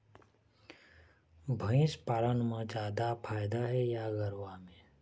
भंइस पालन म जादा फायदा हे या गरवा में?